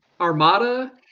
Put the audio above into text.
Armada